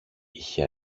είχε